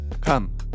Come